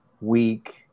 week